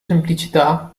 semplicità